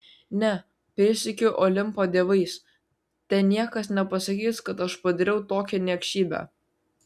ne prisiekiu olimpo dievais te niekas nepasakys kad aš padariau tokią niekšybę